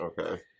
okay